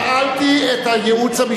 אני שואלת אותך.